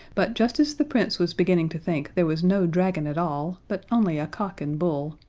but just as the prince was beginning to think there was no dragon at all, but only a cock and bull,